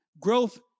Growth